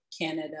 Canada